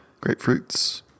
Grapefruits